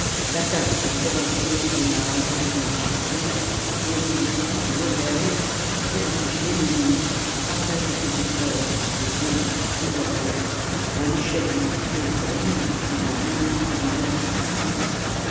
l'attaque des provinces méridionales devient difficile à cause du massif de l'auvergne qui oblige l'ennemi à partager ses efforts entre lyon et bordeaux un échec des prussiens sur l'une de ces deux lignes les dégage toutes deux